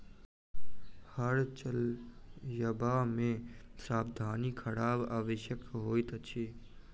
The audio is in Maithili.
हर चलयबा मे सावधानी राखब आवश्यक होइत अछि